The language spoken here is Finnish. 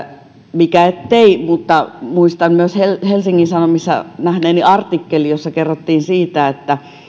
mikä ettei mutta muistan myös helsingin sanomissa nähneeni artikkelin jossa kerrottiin siitä että